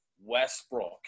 Westbrook